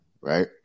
Right